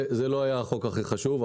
זה לא היה החוק הכי חשוב.